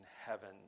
heaven